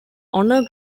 honor